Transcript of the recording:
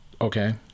okay